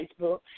Facebook